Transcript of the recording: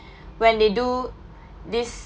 when they do this